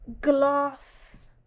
glass